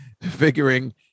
figuring